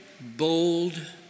bold